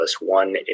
One